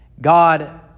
God